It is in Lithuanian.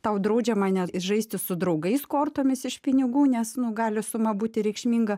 tau draudžiama net žaisti su draugais kortomis iš pinigų nes nu gali suma būti reikšminga